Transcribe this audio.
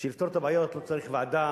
בשביל לפתור את הבעיות לא צריך ועדה,